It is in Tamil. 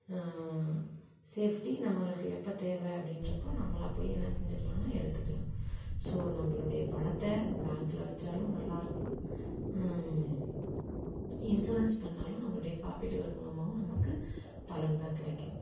சேஃப்ட்டி நம்மளுக்கு எப்போ தேவை அப்படின்றப்போ நம்பளாக போய் என்ன செஞ்சிக்கலாம்னா எடுத்துக்கலாம் ஸோ நம்பளோடைய பணத்தை பேங்கில் வச்சாலும் நல்லாயிருக்கும் இன்ஸுரன்ஸ் பண்ணிணாலும் நம்பளுடைய காப்பீடுகள் மூலமாகவும் நமக்கு பலன்தான் கிடைக்கும்